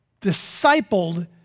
discipled